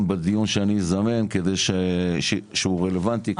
בדיון שאני אזמן כדי שהוא רלוונטי,